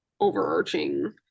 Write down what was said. overarching